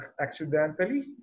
accidentally